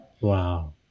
Wow